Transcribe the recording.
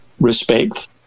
respect